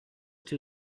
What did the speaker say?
too